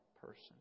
person